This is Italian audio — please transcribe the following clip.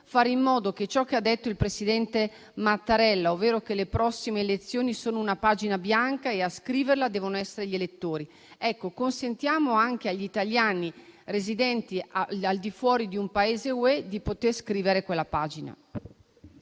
a voi consentire ciò che ha detto il Presidente della Repubblica Mattarella, ovvero che le prossime elezioni sono una pagina bianca e a scriverla devono essere gli elettori. Ecco, consentiamo anche agli italiani residenti al di fuori di un Paese dell'Unione europea di poter scrivere quella pagina.